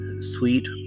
Sweet